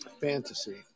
Fantasy